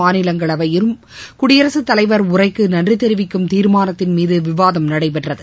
மாநிலங்களவையிலும் குடியரசுத் தலைவர் உரைக்கு நன்றி தெரிவிக்கும் தீர்மானத்தின்மீது விவாதம் நடைபெற்றது